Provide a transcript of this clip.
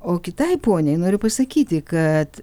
o kitai poniai noriu pasakyti kad